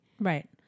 Right